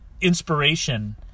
inspiration